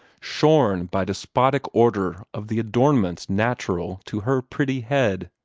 shorn by despotic order of the adornments natural to her pretty head.